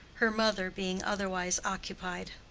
her mother being otherwise occupied.